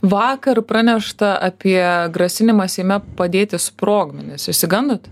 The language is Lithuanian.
vakar pranešta apie grasinimą seime padėti sprogmenis išsigandot